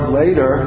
later